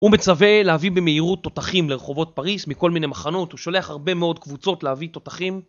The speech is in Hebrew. הוא מצווה להביא במהירות תותחים לרחובות פריס מכל מיני מחנות, הוא שולח הרבה מאוד קבוצות להביא תותחים.